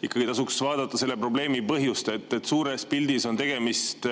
ikkagi vaadata selle probleemi põhjust. Suures pildis on tegemist